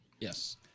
Yes